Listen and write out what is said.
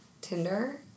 Tinder